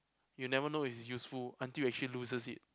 you'll never know it's useful until actually loses it